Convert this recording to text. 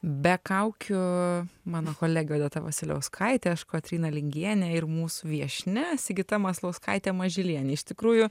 be kaukių mano kolegė odeta vasiliauskaitė aš kotryna lingienė ir mūsų viešnia sigita maslauskaitė mažylienė iš tikrųjų